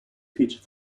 feature